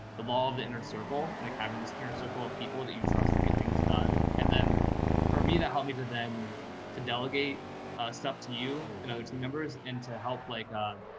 devolve, inner circle, like having this inner circle of people that you trust to get things done. and then for me, that helped me to then to delegate stuff to you and other team members and to help like,